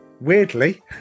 weirdly